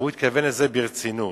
והוא התכוון לזה ברצינות.